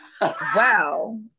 Wow